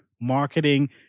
marketing